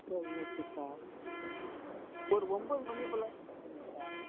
சரி okay sir ஒரு ஒம்பது மணியை போல் வந்துருவோம் சார்